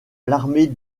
l’armée